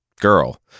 girl